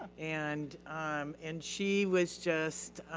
and um and she was just